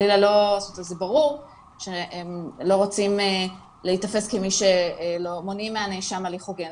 ברור שהם לא רוצים להיתפס כמי שמונעים מהנאשם הליך הוגן.